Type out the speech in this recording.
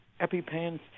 EpiPens